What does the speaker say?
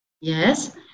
yes